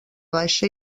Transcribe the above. baixa